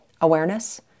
Awareness